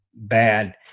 bad